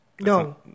No